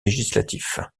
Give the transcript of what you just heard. législatif